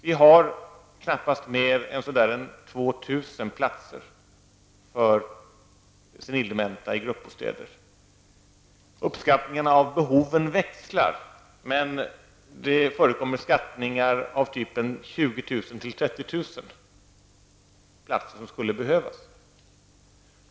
Vi har knappast fler än ungefär 2 000 platser för senildementa i gruppbostäder. Uppskattningarna av hur stora behoven är växlar, men det finns uppskattningar att 20 000--30 000 platser skulle behövas.